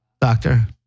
Doctor